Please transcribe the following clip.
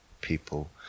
people